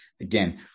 again